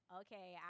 okay